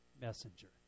messenger